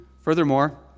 Furthermore